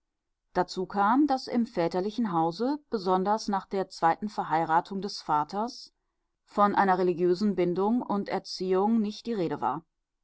dazu kam daß im väterlichen hause besonders nach der zweiten verheiratung des vaters von einer religiösen bindung und erziehung nicht die rede war